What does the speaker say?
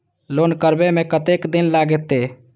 Loan करबे में कतेक दिन लागते?